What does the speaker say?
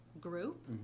group